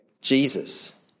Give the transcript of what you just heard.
Jesus